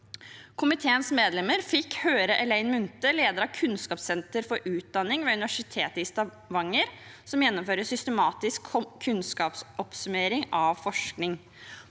Komiteens medlemmer fikk høre Elaine Munthe, leder av Kunnskapssenter for utdanning ved Universitetet i Stavanger, som gjennomfører systematisk kunnskapsoppsummering av forskning.